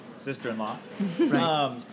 sister-in-law